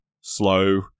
slow